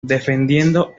defendiendo